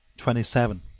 twenty seven.